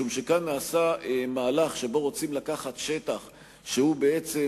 משום שכאן נעשה מהלך שבו רוצים לקחת שטח שהוא בעצם